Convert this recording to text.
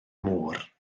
môr